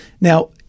Now